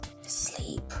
Sleep